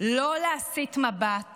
לא להסיט מבט